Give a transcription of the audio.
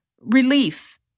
relief